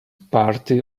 party